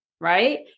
Right